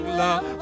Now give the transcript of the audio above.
love